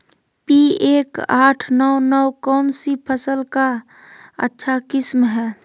P एक आठ नौ नौ कौन सी फसल का अच्छा किस्म हैं?